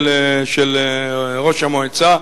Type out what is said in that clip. של ראש המועצה?